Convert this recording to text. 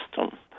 system